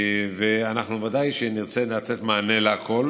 בוודאי נרצה לתת מענה לכול,